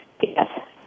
Yes